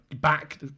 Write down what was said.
back